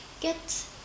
get